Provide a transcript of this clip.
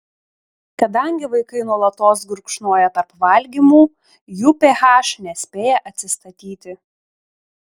kadangi vaikai nuolatos gurkšnoja tarp valgymų jų ph nespėja atsistatyti